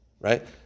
Right